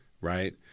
Right